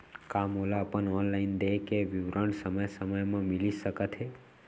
का मोला अपन ऑनलाइन देय के विवरण समय समय म मिलिस सकत हे?